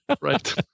Right